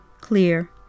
Clear